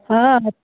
हा